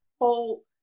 whole